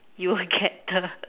you get the